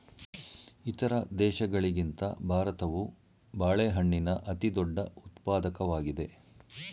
ಇತರ ದೇಶಗಳಿಗಿಂತ ಭಾರತವು ಬಾಳೆಹಣ್ಣಿನ ಅತಿದೊಡ್ಡ ಉತ್ಪಾದಕವಾಗಿದೆ